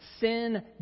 sin